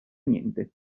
niente